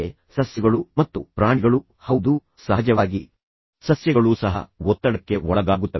ಉದಾಹರಣೆಗೆ ಸಸ್ಯಗಳು ಮತ್ತು ಪ್ರಾಣಿಗಳು ಹೌದು ಸಹಜವಾಗಿ ಸಸ್ಯಗಳು ಸಹ ಒತ್ತಡಕ್ಕೆ ಒಳಗಾಗುತ್ತವೆ